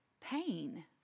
pain